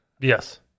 Yes